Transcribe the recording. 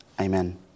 Amen